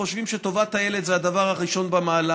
חושבת שטובת הילד זה הדבר הראשון במעלה,